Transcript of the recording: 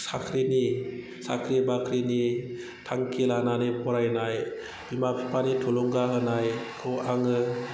साख्रिनि साख्रि बाख्रिनि थांखि लानानै फरायनाय बिमा बिफानि थुलुंगा होनायखौ आङो